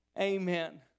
Amen